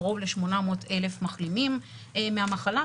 קרוב ל-800,000 מחלימים מהמחלה.